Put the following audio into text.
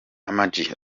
amag